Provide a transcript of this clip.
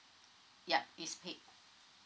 yup it's paid